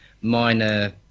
minor